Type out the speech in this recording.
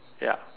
ya